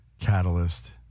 catalyst